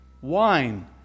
wine